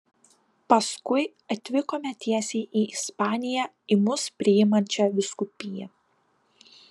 paskui atvykome tiesiai į ispaniją į mus priimančią vyskupiją